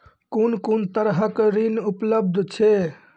कून कून तरहक ऋण उपलब्ध छै?